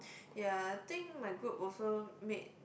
ya I think my group also made